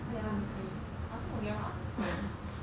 what do I want to say I also forget what I want to say already